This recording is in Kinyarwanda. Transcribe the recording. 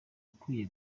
ukwiye